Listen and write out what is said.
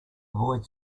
avoid